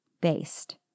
based